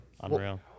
Unreal